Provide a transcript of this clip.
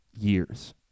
years